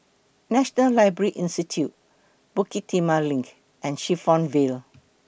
National Library Institute Bukit Timah LINK and Clifton Vale